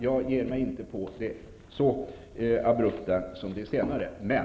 Men jag vill inte uttrycka mig så abrupt.